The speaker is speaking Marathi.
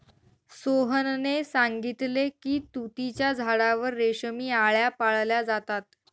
सोहनने सांगितले की तुतीच्या झाडावर रेशमी आळया पाळल्या जातात